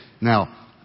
now